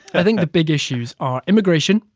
i think the big issues are immigration,